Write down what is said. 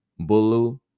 Bulu